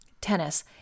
tennis